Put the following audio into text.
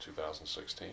2016